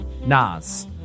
Nas